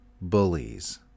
bullies